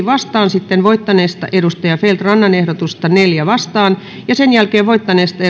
vastaan sitten voittaneesta ehdotusta neljään vastaan ja sen jälkeen voittaneesta